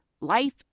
life